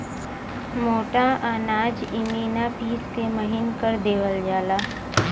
मोटा अनाज इमिना पिस के महीन कर देवल जाला